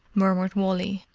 murmured wally,